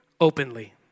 openly